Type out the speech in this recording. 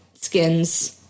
skins